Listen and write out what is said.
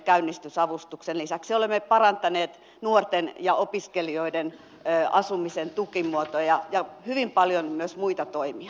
lisäksi olemme parantaneet nuorten ja opiskelijoiden asumisen tukimuotoja ja hyvin paljon on myös muita toimia